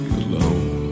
alone